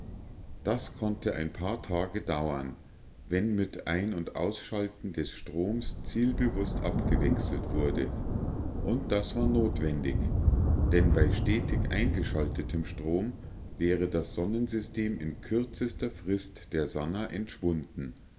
das konnte ein paar tage dauern wenn mit ein und ausschalten des stroms zielbewußt abgewechselt wurde und das war notwendig denn bei stetig eingeschaltetem strom wäre das sonnensystem in kürzester frist der sannah entschwunden